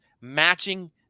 matching